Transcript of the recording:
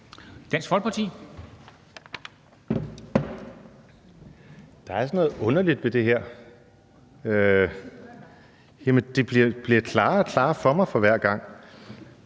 (DF): Der er sådan noget underligt ved det her, og det bliver klarere og klarere for mig for hver gang.